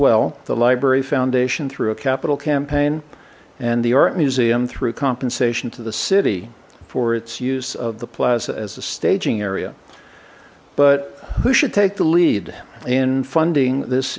well the library foundation through a capital campaign and the art museum through compensation to the city for its use of the plaza as a staging area but who should take the lead in funding this